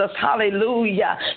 Hallelujah